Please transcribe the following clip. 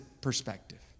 perspective